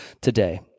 today